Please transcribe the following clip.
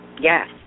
Yes